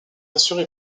assurée